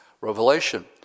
Revelation